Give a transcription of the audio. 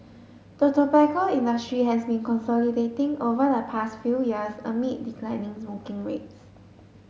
the tobacco industry has been consolidating over the past few years amid declining smoking rates